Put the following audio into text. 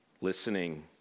Listening